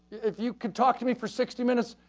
if you could talk to me for sixty minutes,